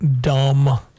dumb